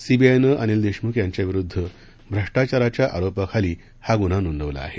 सीबीआयनं अनिल देशमुख यांच्याविरुद्ध भ्रष्टाचाराच्या आरोपाखाली हा गुन्हा नोंदवला आहे